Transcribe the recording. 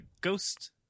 ghost